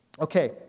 Okay